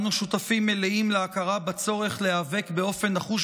אנו שותפים מלאים להכרה בצורך להיאבק באופן נחוש